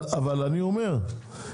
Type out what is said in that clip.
אני אומר,